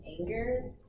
anger